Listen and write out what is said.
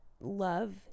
love